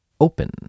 open